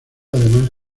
además